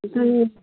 ꯑꯗꯨꯅꯤ